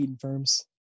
firms